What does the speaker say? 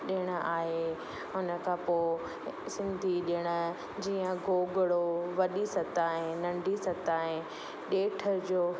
ॾिणु आहे हुन खां पोइ सिंधी ॾिण जीअं गोगड़ो वॾी सतहि नंढी सतहि डेठ जो